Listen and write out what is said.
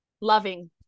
Loving